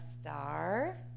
star